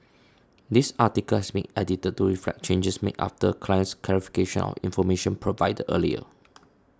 this article has been edited to reflect changes made after client's clarification of information provided earlier